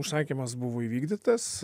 užsakymas buvo įvykdytas